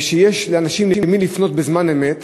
שיהיה לאנשים למי לפנות בזמן אמת,